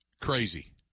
crazy